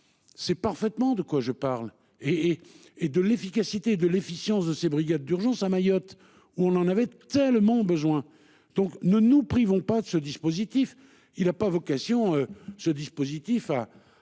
C'est parfaitement de quoi je parle et et et de l'efficacité de l'efficience de ces brigades d'urgence à Mayotte. On en avait tellement besoin. Donc ne nous privons pas de ce dispositif, il a pas vocation ce dispositif à